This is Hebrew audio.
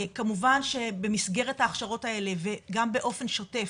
כמובן שבמסדרת ההכשרות האלה וגם באופן שוטף,